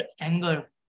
anger